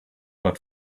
but